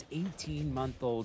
18-MONTH-OLD